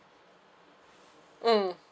mm